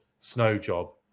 Snowjob